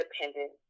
independent